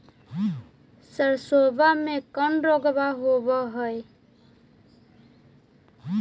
सरसोबा मे कौन रोग्बा होबय है?